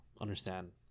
understand